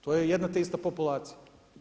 To je jedna te ista populacija.